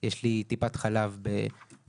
יש לי טיפת חלב בכסרא,